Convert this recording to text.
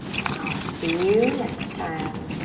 and i'll see you next time.